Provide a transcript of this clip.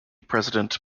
president